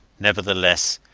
nevertheless,